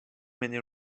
many